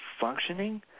functioning